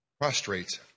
prostrate